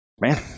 Man